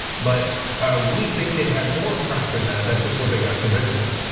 but we think they had more crack than that, that's just what they got convicted on.